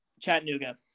Chattanooga